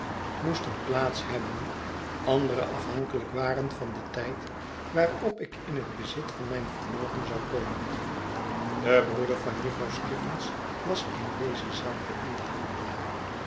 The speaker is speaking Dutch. moesten plaats hebben andere afhankelijk waren van den tijd waarop ik in het bezit van mijn vermogen zou komen de broeder van jufvrouw skiffins was in deze zaak de onderhandelaar